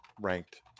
ranked